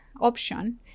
option